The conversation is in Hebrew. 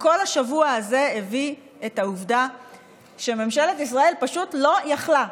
כל השבוע הזה הביא לעובדה שממשלת ישראל פשוט לא יכלה,